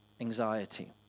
anxiety